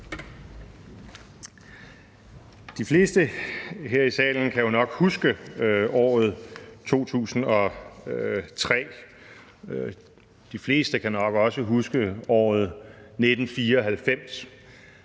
De fleste her i salen kan jo nok huske året 2003, og de fleste kan nok også huske året 1994,